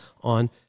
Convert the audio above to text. on